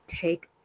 take